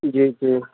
जी जी